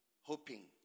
Hoping